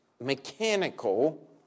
mechanical